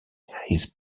his